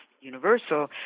universal